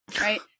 right